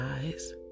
eyes